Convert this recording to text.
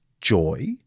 joy